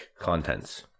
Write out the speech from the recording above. contents